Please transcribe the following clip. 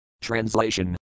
Translation